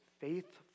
faithful